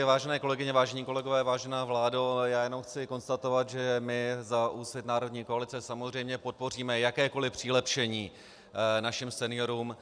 Vážené kolegyně, vážení kolegové, vážená vládo, já jenom chci konstatovat, že my za Úsvit národní koalice samozřejmě podpoříme jakékoli přilepšení našim seniorům.